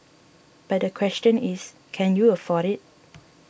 but the question is can you afford it